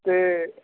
ਅਤੇ